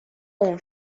اون